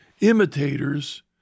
imitators